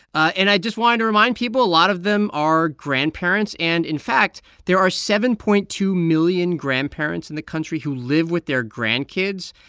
and i just wanted to remind people a lot of them are grandparents. and, in fact, there are seven point two million grandparents in the country who live with their grandkids,